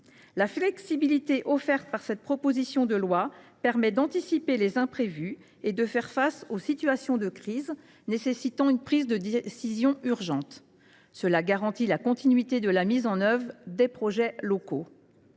La flexibilité offerte par cette proposition de loi permet d’anticiper les imprévus et de faire face aux situations de crise nécessitant une prise de décision urgente. Cela garantit la continuité de la mise en œuvre des projets locaux.